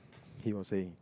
he was saying